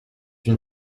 une